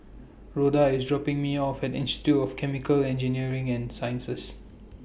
Rhoda IS dropping Me off At Institute of Chemical Engineering and Sciences